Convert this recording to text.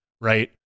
Right